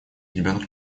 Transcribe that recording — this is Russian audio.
ребенок